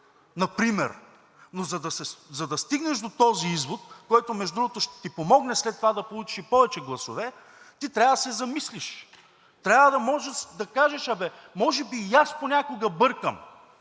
например. Но за да стигнеш до този извод, който между другото ще ти помогне след това да получиш и повече гласове, ти трябва да се замислиш. Трябва да може да кажеш: абе може би и аз понякога бъркам,